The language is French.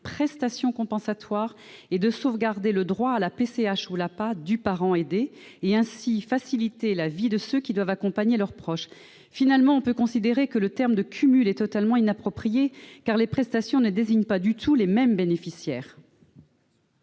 prestation compensatoire et de sauvegarder le droit à la PCH ou à l'APA du parent aidé et, ainsi, de faciliter la vie de ceux qui doivent accompagner leurs proches. On peut enfin considérer que le terme de « cumul » est totalement inapproprié, car les prestations ne s'adressent pas du tout aux mêmes bénéficiaires.